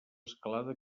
escalada